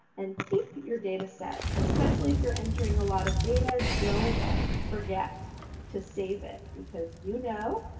and keep your data set, especially if you're entering a lot of data. don't forget to save it, because you know,